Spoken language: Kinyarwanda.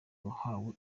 wahawe